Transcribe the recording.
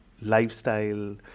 lifestyle